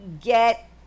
get